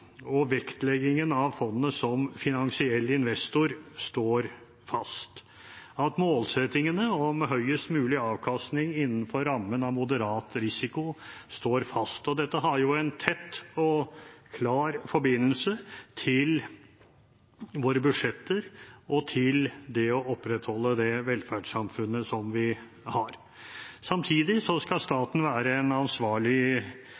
målsettingene om høyest mulig avkastning innenfor rammen av moderat risiko står fast. Dette har jo en tett og klar forbindelse til våre budsjetter og til det å opprettholde det velferdssamfunnet vi har. Samtidig skal staten være en ansvarlig investor, og det skal